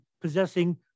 possessing